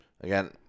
again